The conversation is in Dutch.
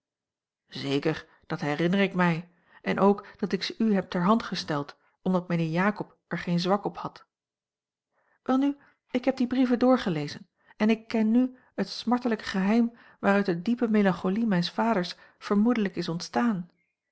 zeker dat herinner ik mij en ook dat ik ze u heb terhandgesteld omdat mijnheer jakob er geen zwak op had welnu ik heb die brieven doorgelezen en ken nu het smartelijke geheim waaruit de diepe melancholie mijns vaders vermoedelijk is ontstaan